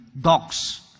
dogs